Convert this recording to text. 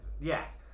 yes